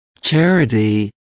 charity